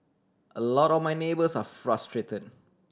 a lot of my neighbours are frustrated